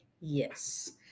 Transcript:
Yes